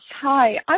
hi